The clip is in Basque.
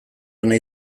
nahi